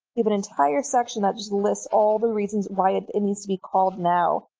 you have an entire section that just lists all the reasons why it it needs to be called now.